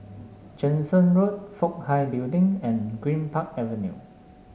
Jansen Road Fook Hai Building and Greenpark Avenue